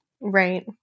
Right